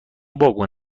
واگن